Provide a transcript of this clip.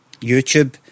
YouTube